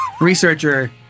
researcher